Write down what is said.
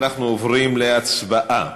אנחנו עוברים להצבעה.